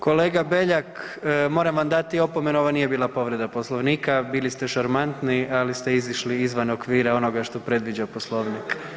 Kolega Beljak, moram vam dati opomenu, ovo nije bila povreda Poslovnika, bili ste šarmantni, ali ste izišli izvan okvira onoga što predviđa Poslovnik.